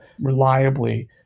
reliably